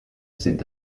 sind